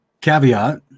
caveat